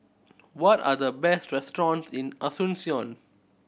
what are the best restaurant in Asuncion